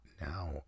now